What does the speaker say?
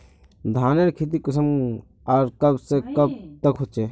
धानेर खेती कुंसम आर कब से कब तक होचे?